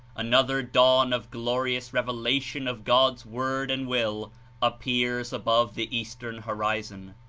an other dawn of glorious revelation of god's word and will appears above the eastern horizon.